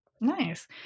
Nice